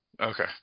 Okay